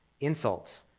insults